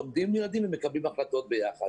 לומדים ילדים ומקבלים החלטות ביחד.